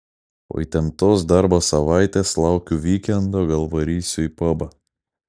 po įtemptos darbo savaitės laukiu vykendo gal varysiu į pabą